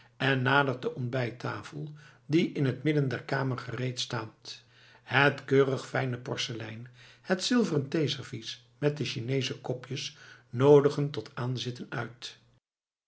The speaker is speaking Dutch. en nadert de ontbijttafel die in het midden der kamer gereedstaat het keurig fijne porselein het zilveren theeservies met de chineesche kopjes noodigen tot aanzitten uit